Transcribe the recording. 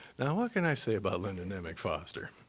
now, what can i say about linda nemec foster?